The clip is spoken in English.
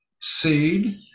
seed